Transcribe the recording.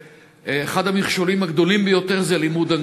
שאחד המכשולים הגדולים ביותר זה לימוד אנגלית.